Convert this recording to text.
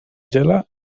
gela